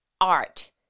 art